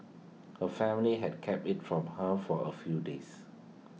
her family had kept IT from her for A few days